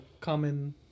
common